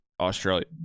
Australia